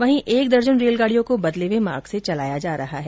वहीं एक दर्जन रेलगाड़ियों को बदले हुए मार्ग से चलाया जा रहा है